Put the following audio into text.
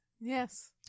yes